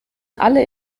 alle